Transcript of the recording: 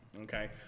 Okay